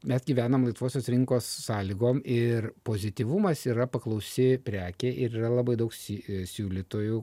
mes gyvenam laisvosios rinkos sąlygom ir pozityvumas yra paklausi prekė ir yra labai daug si siūlytojų